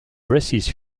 dresses